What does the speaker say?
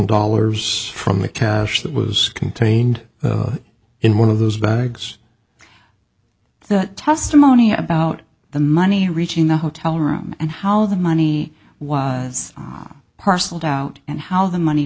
dollars from the cash that was contained in one of those bags the testimony about the money reaching the hotel room and how the money was parceled out and how the money